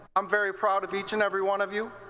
um very proud of each and every one of you.